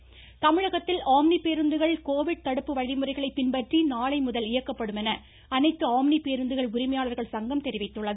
omni பேருந்து தமிழகத்தில் omni பேருந்துகள் கோவிட் தடுப்பு வழிமுறைகளை பின்பற்றி நாளைமுதல் இயக்கப்படும் என அனைத்து ஆம்னி பேருந்துகள் உரிமையாளர்கள் சங்கம் தெரிவித்துள்ளது